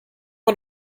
man